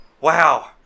Wow